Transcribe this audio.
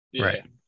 Right